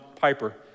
Piper